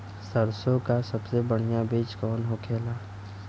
सरसों का सबसे बढ़ियां बीज कवन होखेला?